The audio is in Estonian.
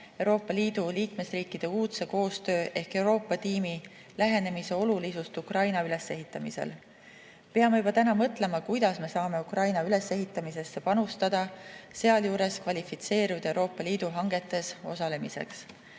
Euroopa Liidu liikmesriikide uudse koostöö ehk Euroopa tiimi lähenemise olulisust Ukraina ülesehitamisel. Me peame juba täna mõtlema, kuidas me saame Ukraina ülesehitamisse panustada, sealjuures kvalifitseeruda Euroopa Liidu hangetes osalemiseks.